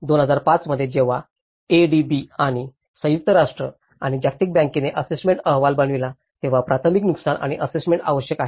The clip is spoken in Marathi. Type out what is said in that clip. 2005 मध्ये जेव्हा एडीबी आणि संयुक्त राष्ट्र आणि जागतिक बँकेने असेसमेंट अहवाल बनविला तेव्हा प्राथमिक नुकसान आणि असेसमेंट आवश्यक आहे